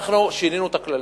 אנחנו שינינו את הכללים.